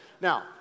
Now